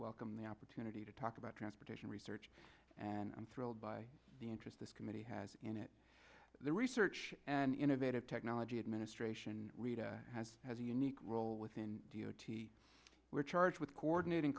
welcome the opportunity to talk about transportation research and i'm thrilled by the interest this committee has in it the research and innovative technology administration has has a unique role within d o t we're charged with coordinating